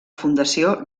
fundació